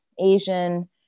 Asian